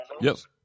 Yes